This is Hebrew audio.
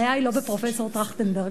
הבעיה אינה בפרופסור טרכטנברג,